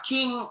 King